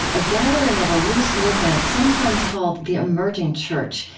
a gathering of a loose movement sometimes called the emerging church,